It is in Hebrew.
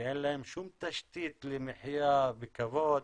שאין להם שום תשתית למחיה בכבוד,